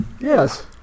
Yes